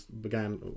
began